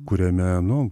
kuriame nu